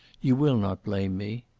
you will not blame me.